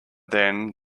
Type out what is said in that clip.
then